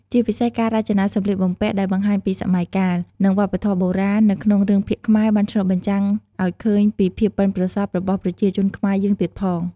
ជាពិសេសការរចនាសម្លៀកបំពាក់ដែលបង្ហាញពីសម័យកាល និងវប្បធម៌បុរាណនៅក្នុងរឿងភាគខ្មែរបានឆ្លុះបញ្ចាំងអោយឃើញពីភាពបុិនប្រសប់របស់ប្រជាជនខ្មែរយើងទៀតផង ។